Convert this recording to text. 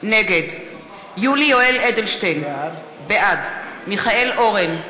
נגד יולי יואל אדלשטיין, בעד מיכאל אורן,